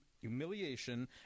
humiliation